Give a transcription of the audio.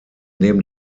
neben